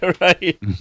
Right